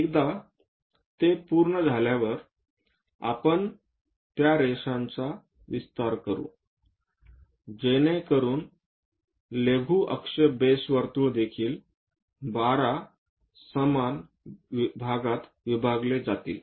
एकदा ते पूर्ण झाल्यावर आपण त्या रेषांचा विस्तार करू जेणेकरुन लघु अक्ष बेस वर्तुळ देखील 12 समान भागात विभागली जातील